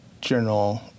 General